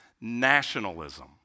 nationalism